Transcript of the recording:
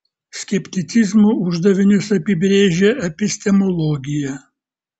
skepticizmo uždavinius apibrėžia epistemologija